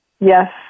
Yes